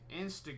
Instagram